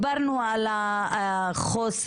אוקיי.